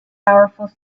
powerful